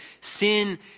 sin